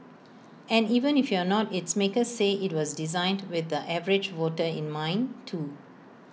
and even if you're not its makers say IT was designed with the average voter in mind too